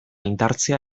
indartzea